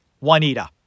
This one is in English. Juanita